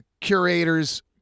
curators